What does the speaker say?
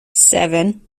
seven